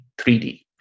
3D